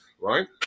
right